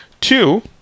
Two